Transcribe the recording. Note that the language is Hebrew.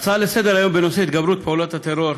הצעה לסדר-היום בנושא התגברות פעולות הטרור.